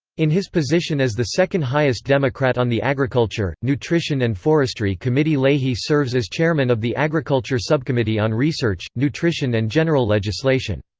in his position as the second-highest democrat on the agriculture, nutrition and forestry committee leahy serves as chairman of the agriculture subcommittee on research, nutrition and general legislation.